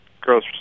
gross